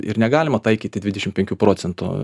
ir dvidešim penkių procentų